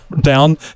down